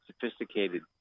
sophisticated